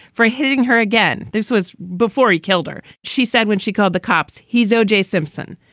for hitting her again. this was before he killed her. she said when she called the cops, he's o j. simpson.